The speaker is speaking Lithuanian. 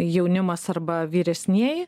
jaunimas arba vyresnieji